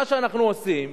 מה שאנחנו עושים,